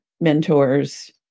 mentors